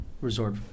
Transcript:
resort